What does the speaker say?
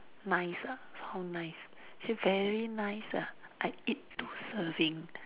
nice ah how nice say very nice ah I eat two serving